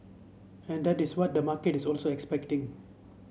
and that is what the market is also expecting